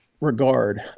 regard